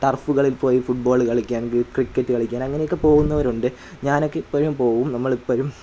ടർഫുകളിൽപ്പോയി football കളിക്കാണ്ട് cricket കളിയ്ക്കാൻ അങ്ങനെയൊക്കെ പോകുന്നവരുണ്ട് ഞാനൊക്കെ ഇപ്പോഴും പോകും നമ്മളിപ്പോഴും